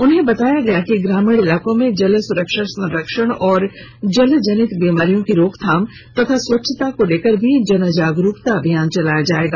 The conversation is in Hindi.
उन्हें बताया गया कि ग्रामीण इलाकों में जल सुरक्षा संरक्षण और जलजनित बीमारियों की रोकथाम और स्वच्छता को लेकर भी जनजागरुकता अभियान चलाया जाएगा